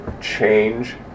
Change